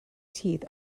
teeth